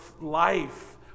life